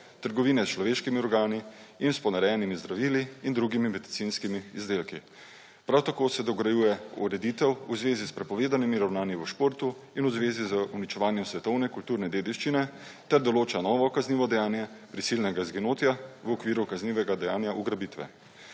trgovine s človeškimi organi in s ponarejenimi zdravili in drugimi medicinskimi izdelki. Prav tako se dograjuje ureditev v zvezi s prepovedanimi ravnanji v športu in v zvezi z uničevanjem svetovne kulturne dediščine ter določa novo kaznivo dejanje prisilnega izginotja v okviru kaznivega dejanja ugrabitve.